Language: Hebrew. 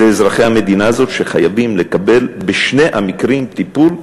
זה אזרחי המדינה הזאת שחייבים לקבל בשני המקרים טיפול,